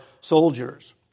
soldiers